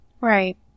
Right